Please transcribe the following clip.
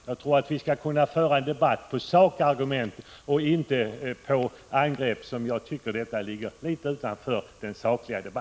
Jag anser att man skall kunna föra en debatt grundad på sakargument — inte på angrepp som enligt min mening ligger utanför sakfrågorna.